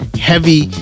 heavy